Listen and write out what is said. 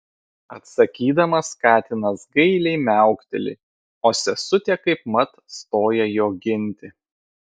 atsakydamas katinas gailiai miaukteli o sesutė kaipmat stoja jo ginti